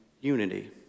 unity